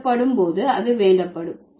வேண்டப்படும் போது அது வேண்டப்படும்